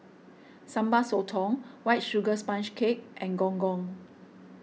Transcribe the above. Sambal Sotong White Sugar Sponge Cake and Gong Gong